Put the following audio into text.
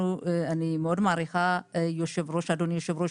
אני מאוד מעריכה את אדוני היושב-ראש,